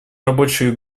рабочей